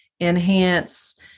enhance